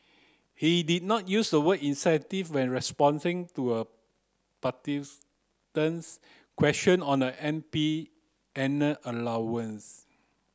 he did not use the word incentive when to a question on an M P annual allowance